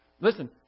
Listen